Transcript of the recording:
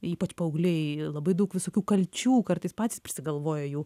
ypač paaugliai labai daug visokių kalčių kartais patys prisigalvoja jų